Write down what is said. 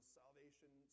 salvation